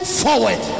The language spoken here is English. forward